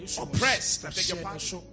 oppressed